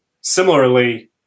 similarly